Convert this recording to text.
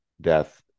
death